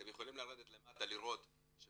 למטה אתם יכולים לראות שהוא